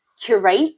curate